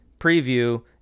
preview